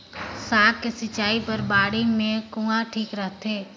साग के सिंचाई करे बर बाड़ी मे कुआँ ठीक रहथे?